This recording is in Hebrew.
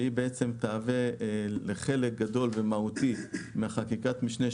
שתהווה חלק גדול ומהותי מחקיקת המשנה.